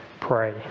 pray